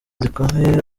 zikomeye